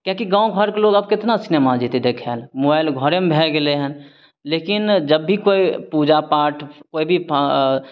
किएक कि गाँव घरके लोग अब केतना सिनेमा जेतय देखय लए मोबाइल घरेमे भए गेलय हन लेकिन जब भी कोइ पूजा पाठ कोइ भी फ